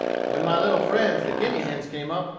but when my little friends the guinea-hens came up,